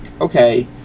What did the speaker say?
okay